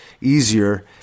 easier